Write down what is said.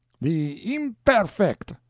the imperfect.